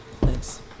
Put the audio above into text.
Thanks